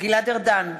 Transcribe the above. גלעד ארדן,